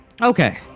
Okay